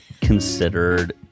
considered